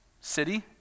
city